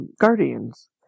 guardians